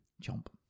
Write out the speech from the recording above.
Jump